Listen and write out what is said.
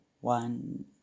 one